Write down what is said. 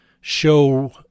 show